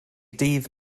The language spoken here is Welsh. dydd